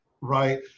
right